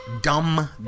Dumb